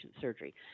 surgery